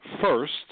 first